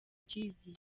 akizi